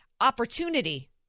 opportunity